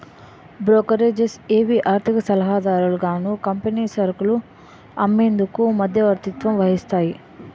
brokerages ఏవి ఆర్థిక సలహాదారులుగాను కంపెనీ సరుకులు అమ్మేందుకు మధ్యవర్తత్వం వహిస్తాయి